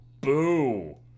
boo